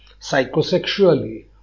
psychosexually